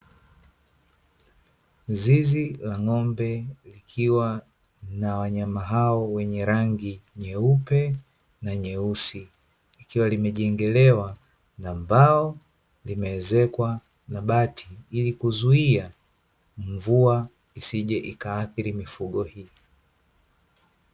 Zizi la ng'ombe likiwa na wanyama hao wenye rangi nyeupe na nyeusi, limejengwa kwa mbao na kuezekwa kwa bati ili kuzuia mvua isje ikaadhiri mifugo hiyo.